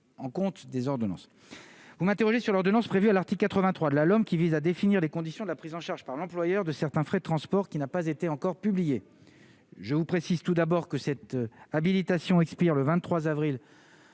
en compte des ordonnances, vous m'interrogez sur l'ordonnance prévue à l'article 83 de la l'homme qui vise à définir les conditions de la prise en charge par l'employeur de certains frais de transport, qui n'a pas été encore publié, je vous précise tout d'abord que cette habilitation expire le 23 avril